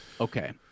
okay